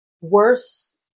worse